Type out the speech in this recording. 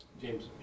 James